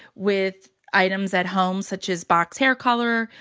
with items at home, such as box hair color,